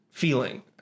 feeling